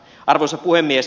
arvoisa puhemies